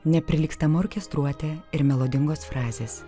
neprilygstama orkestruotė ir melodingos frazės